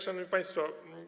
Szanowni Państwo!